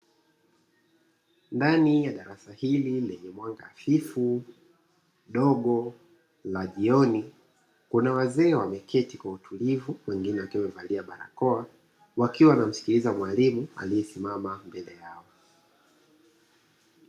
Ndani ya darasa hili lenye mwanga hafifu, dogo la jioni, kuna wazee wameketi kwa utulivu wengine wakiwa wamevalia barakoa, wakiwa wanamsikiliza mwalimu aliyesimama mbele yao.